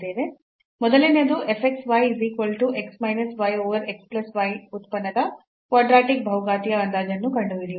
ಮೊದಲನೆಯದು fx y is equal to x minus y over x plus y ಉತ್ಪನ್ನದ quadratic ಬಹುಘಾತೀಯ ಅಂದಾಜನ್ನು ಕಂಡುಹಿಡಿಯುವುದು